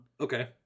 Okay